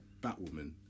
Batwoman